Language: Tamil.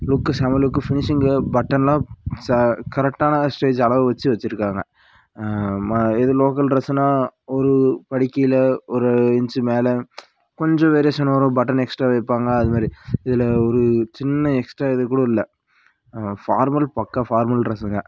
லுக்கு செம்ம லுக்கு ஃபினிஷிங்கு பட்டன்லாம் ச கரெக்டான ஸ்டேஜ் அளவு வெச்சி வெச்சிருக்காங்க ம இதே லோக்கல் ட்ரெஸ்ஸுனா ஒரு படி கீழே ஒரு இன்ச் மேலே கொஞ்சம் வேரியேஷன் வரும் பட்டன் எக்ஸ்ட்ரா வைப்பாங்க அதுமாதிரி இதில் ஒரு சின்ன எக்ஸ்ட்ரா இது கூட இல்லை ஃபார்மல் பக்கா ஃபார்மல் ட்ரெஸ்ஸுங்க